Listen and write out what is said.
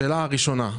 לשאלה הראשונה,